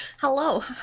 Hello